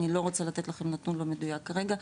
אני לא רוצה לתת לכם נתון לא מדויק כרגע,